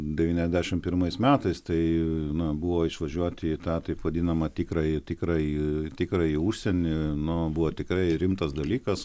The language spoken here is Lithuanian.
devyniasdešim pirmais metais tai buvo išvažiuoti į tą taip vadinamą tikrąjį tikrąjį tikrąjį užsienį nu buvo tikrai rimtas dalykas